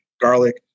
garlic